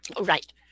Right